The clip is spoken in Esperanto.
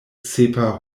sepa